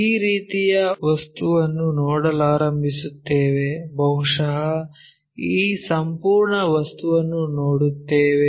ಈ ರೀತಿಯ ವಸ್ತುವನ್ನು ನೋಡಲಾರಂಭಿಸುತ್ತೇವೆ ಬಹುಶಃ ಈ ಸಂಪೂರ್ಣ ವಸ್ತುವನ್ನು ನೋಡುತ್ತೇವೆ